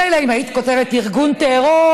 ומילא אם היית כותבת ארגון טרור,